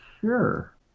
Sure